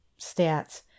stats